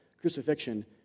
Crucifixion